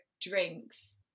drinks